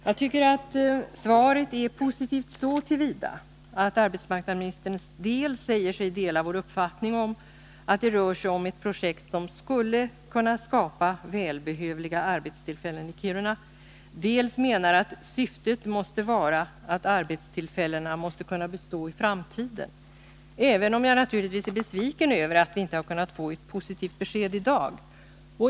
Jag tycker att svaret är positivt så till vida som arbetsmarknadsministern dels säger sig dela vår uppfattning om att det rör sig om ett projekt som skulle kunna skapa välbehövliga arbetstillfällen i Kiruna, dels menar att syftet måste vara att arbetstillfällena skall kunna bestå i framtiden. Men jag är naturligtvis besviken över att vi inte har kunnat få ett positivt besked i dag.